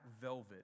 velvet